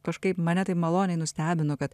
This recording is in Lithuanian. kažkaip mane tai maloniai nustebino kad